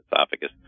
esophagus